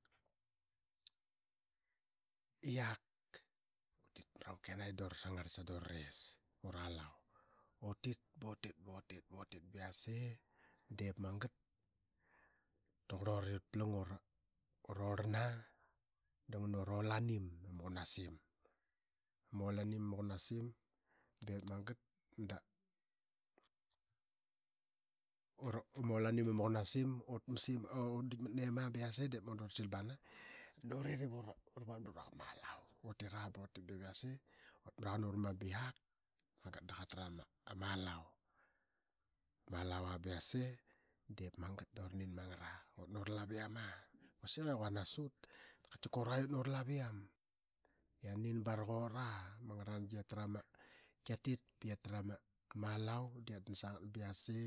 Pra yak i utit mra ma kenayi da vra sangarl sa da ura alau. Utitba utit ba utit ba yase diip magat da qurlluri ut plang ura aralana da ngana ura olanim ama qunasim. Ura danim aa maqunasim i ut marim di di ut dikmat nim ba yase da ut sil bana ip nani urit ip ura van pra ura qa ma alau. Utitra ra ba utit ba utit ba yase da ut mraqan ura mami ba qiak. Ip magat da qatra ma alau aa ba yase diip magat da ura nin ma ngat ut na ura laviam. Quasiki quanas utra da tika ut na ura laviam i yiana nin baraqura. Ama ngarlnangi qa tik da qia tra ma alua da qiatdan sagat ba yase.